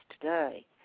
today